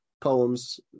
poems